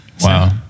Wow